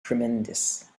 tremendous